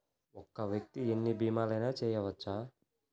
ఒక్క వ్యక్తి ఎన్ని భీమలయినా చేయవచ్చా?